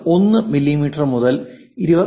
1 millimetre മുതൽ 24